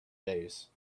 days